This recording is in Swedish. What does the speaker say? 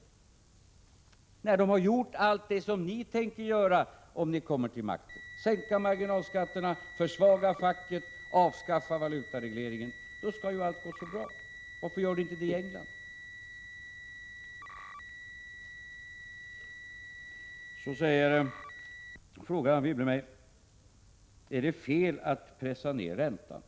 Engelsmännen har ju gjort allt det som ni i folkpartiet tänker göra om ni kommer till makten, dvs. sänka marginalskatterna, försvaga facket och avskaffa valutaregleringen. Då skall ju allt gå så bra — varför gör det inte det i England. Anne Wibble frågar mig om det är fel att pressa ned räntan.